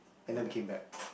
and then we came back